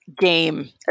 game